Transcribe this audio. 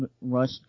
rush